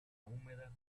húmeda